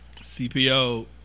CPO